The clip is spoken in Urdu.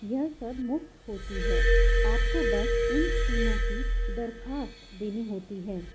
یہ سب مفت ہوتی ہے آپ کو بس ان اسکیموں کی درخواست دینی ہوتی ہے